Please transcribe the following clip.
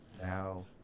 now